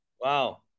Wow